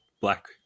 black